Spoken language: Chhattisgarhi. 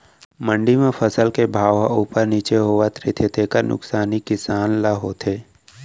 मंडी म फसल के भाव ह उप्पर नीचे होवत रहिथे तेखर नुकसानी किसान ल होथे